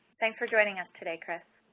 thanks for joining us today, chris.